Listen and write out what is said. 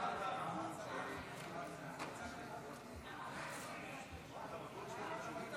כמה מכסות ------ אנחנו מפרגנים.